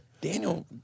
Daniel